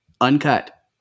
uncut